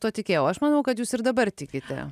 tuo tikėjau aš manau kad jūs ir dabar tikit